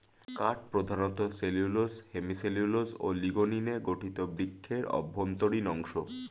কাঠ প্রধানত cellulose, hemicellulose ও লিগনিনে গঠিত বৃক্ষের অভ্যন্তরীণ অংশ